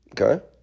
Okay